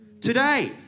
Today